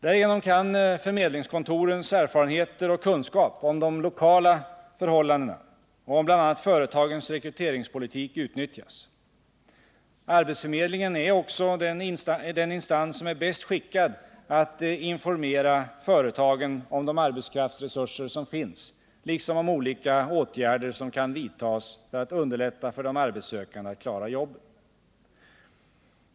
Därigenom kan förmedlingskontorens erfarenheter och kunskaper om de lokala förhållandena och om bl.a. företagens rekryteringspolitik utnyttjas. Arbetsförmedlingen är också den instans som är bäst skickad att informera företagen om de arbetskraftsresurser som finns liksom om olika åtgärder som kan vidtas för att underlätta för de arbetssökande att klara jobben.